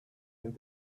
and